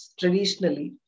traditionally